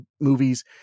movies